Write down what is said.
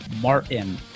Martin